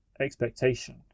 expectation